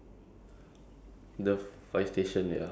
ya cause the fire station is like